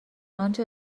آنچه